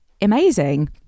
amazing